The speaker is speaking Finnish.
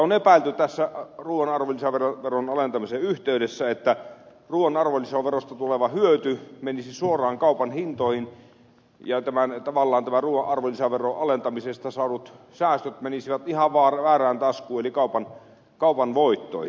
on epäilty tässä ruuan arvonlisäveron alentamisen yhteydessä että ruuan arvonlisäverosta tuleva hyöty menisi suoraan kaupan hintoihin ja tavallaan tämän ruuan arvonlisäveron alentamisesta saadut säästöt menisivät ihan väärään taskuun eli kaupan voittoihin